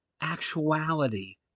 actuality